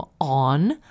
on